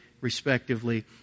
respectively